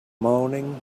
moaning